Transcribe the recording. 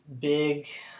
Big